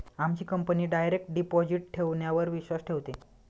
आमची company direct deposit ठेवण्यावर विश्वास ठेवते